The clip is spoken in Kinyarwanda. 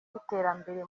n’iterambere